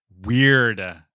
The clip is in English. Weird